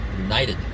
united